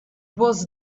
was